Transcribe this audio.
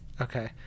Okay